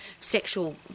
sexual